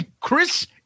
Chris